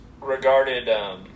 regarded